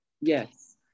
Yes